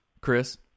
Chris